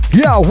yo